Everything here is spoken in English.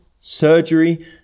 surgery